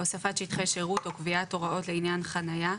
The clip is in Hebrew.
הוספת שטחי שירות או קביעת הוראות לעניין חניה,